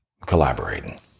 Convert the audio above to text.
collaborating